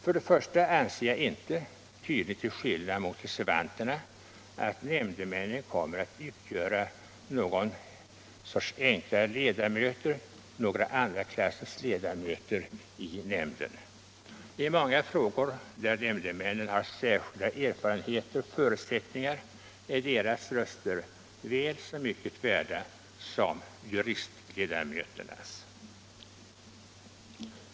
För det första anser jag inte — tydligen till skillnad mot reservanterna —- att nämndemännen kommer att utgöra någon sorts enklare ledamöter, några andra klassens ledamöter i nämnden. I många frågor där nämndemännen har särskilda erfarenheter och förutsättningar är deras röster väl så mycket värda som juristledamöternas.